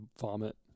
vomit